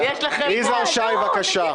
יזהר שי, בבקשה.